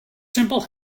simple